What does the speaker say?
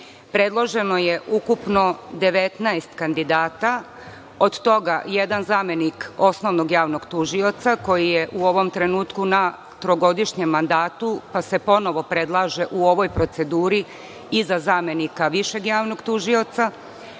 Srbiji. Predloženo je ukupno 19 kandidata. Od toga jedan zamenik osnovnog javnog tužioca koji je u ovom trenutku na trogodišnjem mandatu pa se ponovo predlaže u ovoj proceduri i za zamenika višeg javnog tužioca,